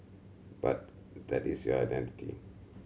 but that is your identity